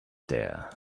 there